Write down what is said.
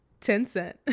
Tencent